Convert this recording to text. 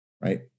right